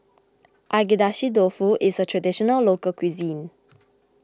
Agedashi Dofu is a Traditional Local Cuisine